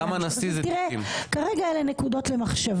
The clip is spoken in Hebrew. גם לגבי הנשיא אלה 90. כרגע אלה נקודות למחשבה.